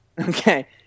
Okay